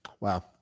Wow